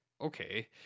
Okay